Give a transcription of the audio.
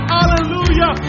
Hallelujah